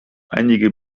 einige